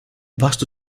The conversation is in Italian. vasto